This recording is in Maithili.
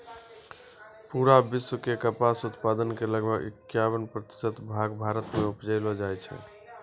पूरा विश्व के कपास उत्पादन के लगभग इक्यावन प्रतिशत भाग भारत मॅ उपजैलो जाय छै